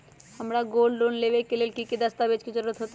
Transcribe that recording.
हमरा gold loan लेबे के लेल कि कि दस्ताबेज के जरूरत होयेत?